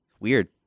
weird